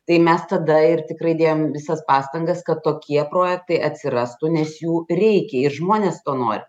tai mes tada ir tikrai dėjom visas pastangas kad tokie projektai atsirastų nes jų reikia ir žmonės to nori